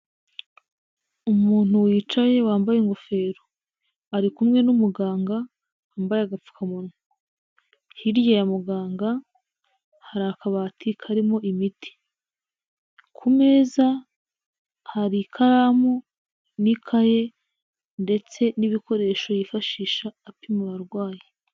Umuntu wicaye wambaye ingofero ari kumwe n'umuganga wambaye agapfukamunwa hirya ya muganga hari akabati karimo imiti, ku meza hari ikaramu n'ikaye ndetse n'ibikoresho yifashisha apima abarwayi.